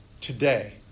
Today